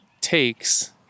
takes